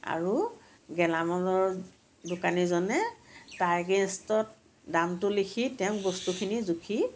আৰু গেলামালৰ দোকানীজনে তাৰ এগেইনষ্টত দামটো লিখি তেওঁ বস্তুখিনি জুখি